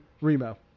Remo